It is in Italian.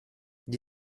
gli